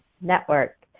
Network